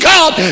God